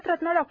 Bharat Ratna Dr